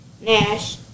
Nash